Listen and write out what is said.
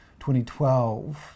2012